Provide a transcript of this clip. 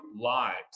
lives